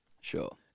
Sure